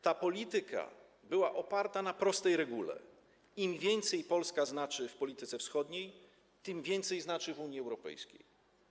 Ta polityka była oparta na prostej regule: im więcej Polska znaczy w polityce wschodniej, tym więcej znaczy w Unii Europejskiej.